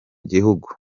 gihugu